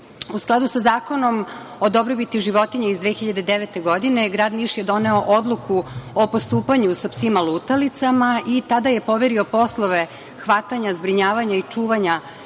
skladu sa Zakonom o dobrobiti životinja iz 2009. godine, grad Niš je doneo odluku o postupanju sa psima lutalicama i tada je poverio poslove hvatanja, zbrinjavanja i čuvanja